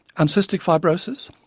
um cystic fibrosis?